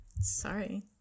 Sorry